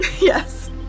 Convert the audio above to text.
Yes